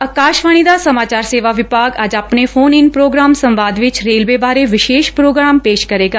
ਆਕਾਸ਼ਵਾਣੀ ਦਾ ਸਮਾਚਾਰ ਸੇਵਾ ਵਿਭਾਗ ਅੱਜ ਆਪਣੇ ਫੋਨ ਇਨ ਪ੍ਰੋਗਰਾਮ ਸੰਵਾਦ ਵਿਚ ਰੇਲਵੇ ਬਾਰੇ ਵਿਸ਼ੇਸ਼ ਪ੍ਰੋਗਰਾਮ ਪੇਸ਼ ਕਰੇਗਾ